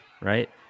right